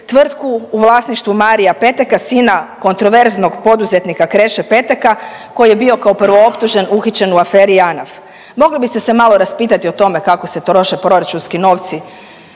tvrtku u vlasništvu Marija Peteka sina kontroverznog poduzetnika Kreše Peteka koji je bio kao prvooptužen, uhićen u aferi Janaf. Mogli biste se malo raspitati o tome kako se troše proračunski novci